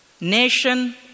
Nation